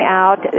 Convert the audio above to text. out